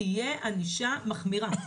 תהיה ענישה מחמירה,